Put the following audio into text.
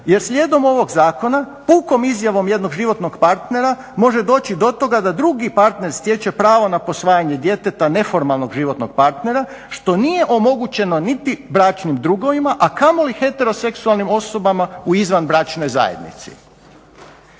jer slijedom ovog zakona pukom izjavom jednog životnog partnera može doći do toga da drugi partner stječe pravo na posvajanje djeteta neformalnog životnog partnera što nije omogućeno niti bračnim drugovima, a kamoli heteroseksualnim osobama u izvanbračnoj zajednici.